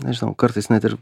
nežinau kartais net ir